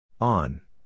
On